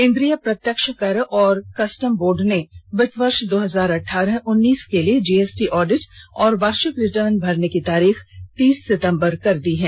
केन्द्रीय प्रत्यक्ष कर और कस्टसम बोर्ड ने वित्त वर्ष दो हजार अठारह उन्नीस के लिए जीएसटी ऑडिट और वार्षिक रिर्टन भरने की तारीख तीस सितम्बर कर दी है